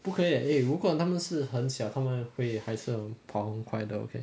不可以 eh 如果他们是很小他们会还是跑很快的 okay